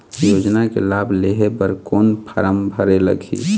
योजना के लाभ लेहे बर कोन फार्म भरे लगही?